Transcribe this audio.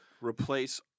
Replace